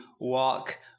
walk